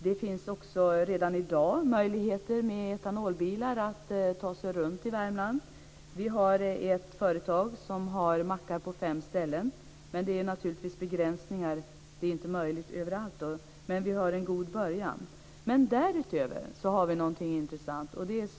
Det finns också redan i dag möjligheter att ta sig runt i Värmland med etanolbilar. Det finns ett företag som har mackar på fem ställen. Det är naturligtvis inte möjligt att ta sig fram överallt, men det är en god början. Därutöver har vi något intressant.